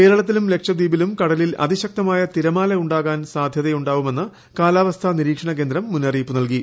കേരളത്തിലും ലക്ഷദ്വീപിലും കടലിൽ അതിശക്തമായ തിരമാല ഉണ്ടാവാൻ സാധൃതയുണ്ടെന്ന് കാലാവസ്ഥാ നിരീക്ഷണകേന്ദ്രം മുന്നറിയിപ്പ് നൽകി